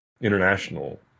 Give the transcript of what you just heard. international